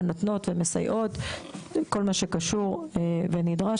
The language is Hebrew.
הן נותנות ומסייעות בכל מה שקשור ונדרש,